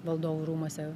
valdovų rūmuose